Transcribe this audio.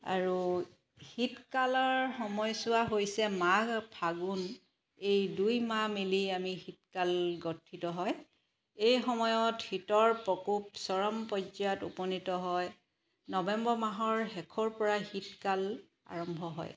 আৰু শীতকালৰ সময়ছোৱা হৈছে মাঘ ফাগুণ এই দুই মাহ মিলি আমি শীতকাল গঠিত হয় এই সময়ত শীতৰ প্ৰকোপ চৰম পৰ্যায়ত উপনীত হয় নৱেম্বৰ মাহৰ শেষৰ পৰা শীতকাল আৰম্ভ হয়